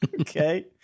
okay